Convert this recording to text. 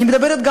אני מדברת,